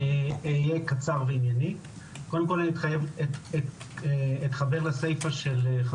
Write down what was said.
אני שמחה לפתוח את ישיבת ועדת החינוך התרבות והספורט של הכנסת.